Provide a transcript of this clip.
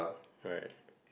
right